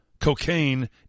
cocaine